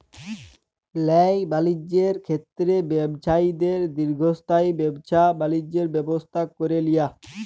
ল্যায় বালিজ্যের ক্ষেত্রে ব্যবছায়ীদের দীর্ঘস্থায়ী ব্যাবছা বালিজ্যের ব্যবস্থা ক্যরে লিয়া